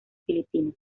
filipinos